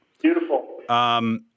Beautiful